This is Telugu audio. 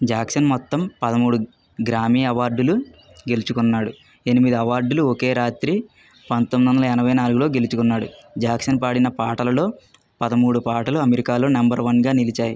జాక్సన్ మొత్తం పదమూడు గ్రామీ అవార్డులు గెలుచుకున్నాడు ఎనిమిది అవార్డులు ఒకే రాత్రి పంతొమ్మిది వందల ఎనభై నాలుగు లో గెలుచుకున్నాడు జాక్సన్ పాడిన పాటలలో పదమూడు పాటలు అమెరికాలో నెంబర్ వన్ గా నిలిచాయి